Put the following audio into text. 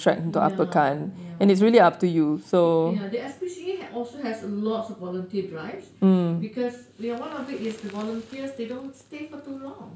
ya ya ya the S_P_C_A also has lots of volunteer drives because ya one of it is the volunteers they don't stay for too long